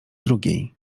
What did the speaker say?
drugiej